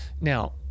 Now